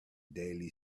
daily